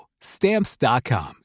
Stamps.com